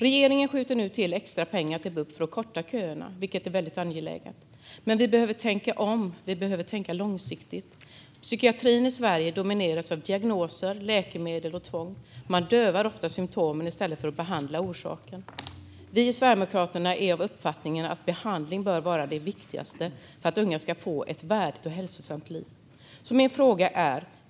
Regeringen skjuter nu till extra pengar till bup för att korta köerna, vilket är väldigt angeläget. Men vi behöver tänka om. Vi behöver tänka långsiktigt. Psykiatrin i Sverige domineras av diagnoser, läkemedel och tvång. Man dövar ofta symtomen i stället för att behandla orsaken. Vi i Sverigedemokraterna är av uppfattningen att behandling bör vara det viktigaste för att unga ska få ett värdigt och hälsosamt liv.